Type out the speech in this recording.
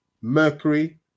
Mercury